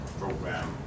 program